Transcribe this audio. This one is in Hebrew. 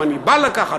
אם אני בא לקחת,